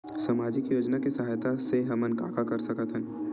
सामजिक योजना के सहायता से हमन का का कर सकत हन?